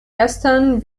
ersteren